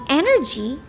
energy